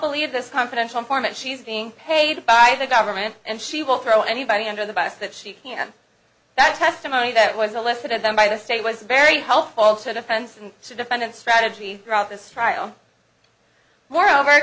believe this confidential informant she's being paid by the government and she will throw anybody under the bus that she can that testimony that was elicited then by the state was very helpful to defense and to defend and strategy throughout this trial moreover